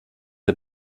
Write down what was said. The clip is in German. der